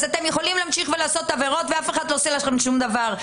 אז אתם יכולים להמשיך ולעשות עבירות ואף אחד לא עושה לכם שום דבר.